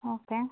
okay